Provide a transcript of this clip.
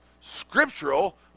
scriptural